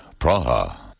Praha